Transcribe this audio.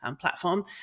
platform